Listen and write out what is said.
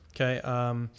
Okay